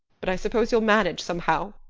but i suppose you'll manage somehow.